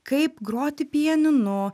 kaip groti pianinu